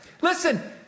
listen